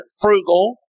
frugal